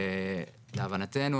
להבנתנו,